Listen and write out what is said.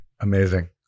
Amazing